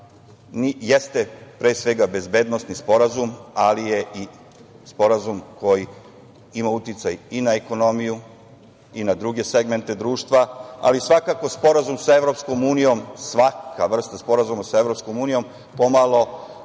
jeste pre svega bezbednosni sporazum ali je i sporazum koji ima uticaj i na ekonomiju i na druge segmente društva ali svakako sporazum sa EU, svaka vrsta sporazuma sa EU pomalo, kako